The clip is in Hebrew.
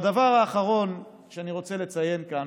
והדבר האחרון שאני רוצה לציין כאן,